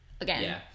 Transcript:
again